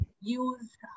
use